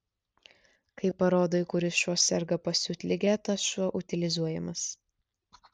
kai parodai kuris šuo serga pasiutlige tas šuo utilizuojamas